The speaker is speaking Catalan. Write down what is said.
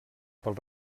pel